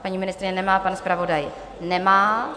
Paní ministryně nemá, pan zpravodaj nemá.